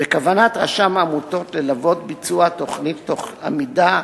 בכוונת רשם העמותות ללוות את ביצוע התוכנית תוך עמידה